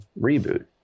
reboot